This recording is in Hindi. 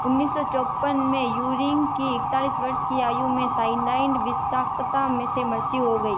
उन्नीस सौ चौवन में यूरिंग की इकतालीस वर्ष की आयु में साइनाइड विषाक्तता में से मृत्यु हो गई